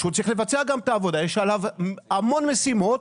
שצריך לבצע את העבודה ויש עליו המון משימות,